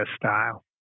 style